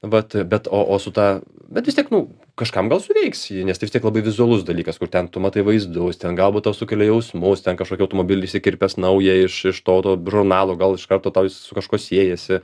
vat be to o o su ta bet vis tiek nu kažkam gal suveiks ji nes tai vis tiek labai vizualus dalykas kur ten tu matai vaizdus ten galbūt tau sukelia jausmus ten kažkokį automobilį išsikirpęs naują iš iš to žurnalo gal iš karto tau jis su kažkuo siejasi